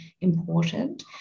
important